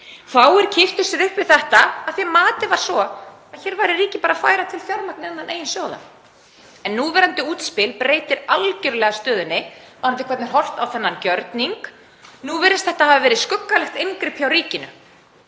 Fáir kipptu sér upp við þetta af því að það var metið svo að hér væri ríkið bara að færa til fjármagn innan eigin sjóða en núverandi útspil breytir algerlega stöðunni varðandi hvernig horft er á þennan gjörning. Nú virðist þetta hafa verið skuggalegt inngrip hjá ríkinu,